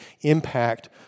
impact